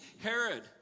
Herod